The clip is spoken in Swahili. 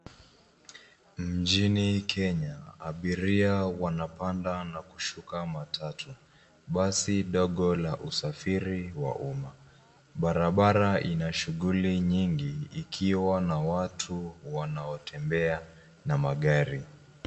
Mjini Kenya, abiria wanapanda na kushuka matatu. Basi dogo la usafiri wa umma. Barabara ina shughuli nyingi, ikiwa na watu wanaotembea na magari.